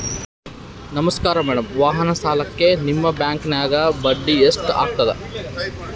ನಮಸ್ಕಾರ ಮೇಡಂ ವಾಹನ ಸಾಲಕ್ಕೆ ನಿಮ್ಮ ಬ್ಯಾಂಕಿನ್ಯಾಗ ಬಡ್ಡಿ ಎಷ್ಟು ಆಗ್ತದ?